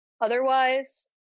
otherwise